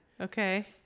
okay